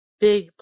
big